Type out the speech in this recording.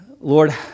Lord